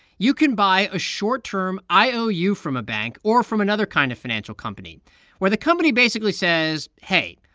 you can buy a short-term iou from a bank or from another kind of financial company where the company basically says, hey,